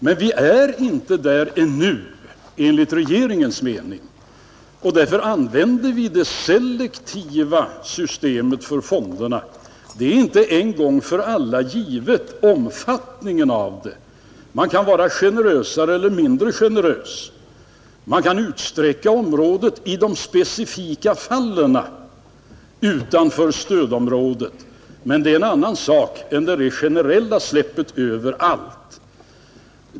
Men vi är inte där ännu enligt regeringens mening och därför använder vi det selektiva systemet för fonderna. Omfattningen är inte en 126 gång för alla given. Man kan vara mer eller mindre generös, man kan utsträcka området i de specifika fallen utanför stödområdet, men det är en annan sak än det mer generella släppet överallt.